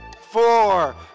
Four